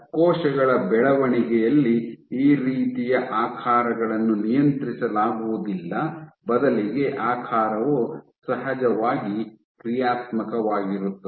ಆದ್ದರಿಂದ ಕೋಶಗಳ ಬೆಳವಣಿಗೆಯಲ್ಲಿ ಈ ರೀತಿಯ ಆಕಾರಗಳನ್ನು ನಿಯಂತ್ರಿಸಲಾಗುವುದಿಲ್ಲ ಬದಲಿಗೆ ಆಕಾರವು ಸಹಜವಾಗಿ ಕ್ರಿಯಾತ್ಮಕವಾಗಿರುತ್ತದೆ